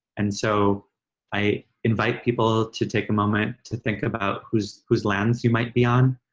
and so i invite people to take a moment to think about whose whose lands you might be on.